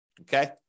okay